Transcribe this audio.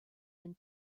and